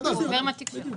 הוא עובר עם התיק שלו?